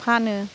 फानो